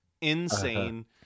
Insane